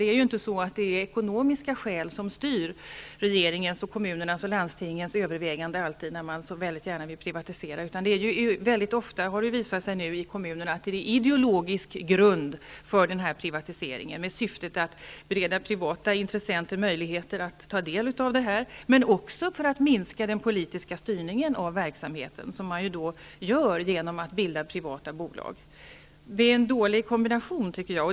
Det är inte alltid ekonomiska skäl som styr regeringens, kommunernas och landstingens överväganden när man så gärna vill privatisera; det har i kommunerna nu visat sig att det ofta finns en ideologisk grund för privatiseringen: Syftet är att bereda privata intressenter möjlighet att ta del av det här men också att minska den politiska styrningen av verksamheten, vilket man gör genom att bilda privata bolag. Det är en dålig kombination, tycker jag.